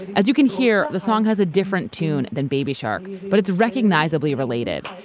as you can hear, the song has a different tune than baby shark, but it's recognizably related.